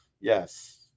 Yes